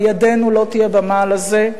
ידנו לא תהיה במעל הזה.